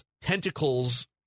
tentacles